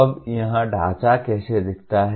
अब यह ढांचा कैसा दिखता है